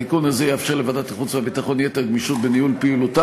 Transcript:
התיקון הזה יאפשר לוועדת החוץ והביטחון גמישות בניהול פעילותה.